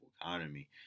economy